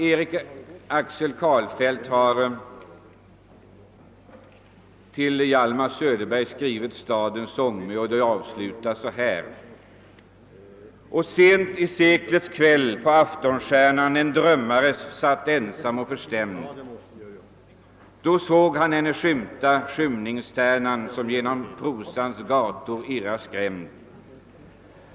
Erik Axel Karlfeldt avslutar sin dikt >Stadens sångmö», som han tillägnat Hjalmar Söderberg, med denna strof: Och sent i seklets kväll på »Aftonstjärnan» Då såg han henne skymta, skymningstärnan som genom prosans gator irrar skrämd.